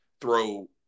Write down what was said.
throw